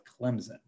Clemson